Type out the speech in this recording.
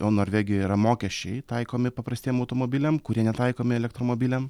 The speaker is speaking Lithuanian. o norvegijoj yra mokesčiai taikomi paprastiem automobiliam kurie netaikomi elektromobiliam